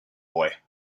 boy